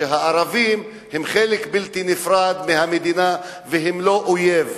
שהערבים הם חלק בלתי נפרד מהמדינה והם לא אויב.